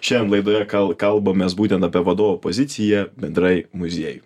šiandien laidoje kal kalbamės būtent apie vadovo poziciją bendrai muziejų